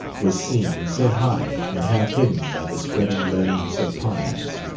was seen, set high and half hidden by the spreading limbs of pines.